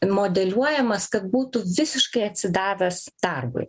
modeliuojamas kad būtų visiškai atsidavęs darbui